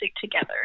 together